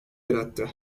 yarattı